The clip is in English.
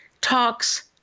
talks